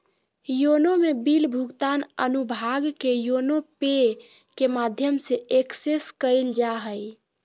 YONO में bill भुगतान अनुभाग के योनो पे के माध्यम से एक्सेस कइल जा हइ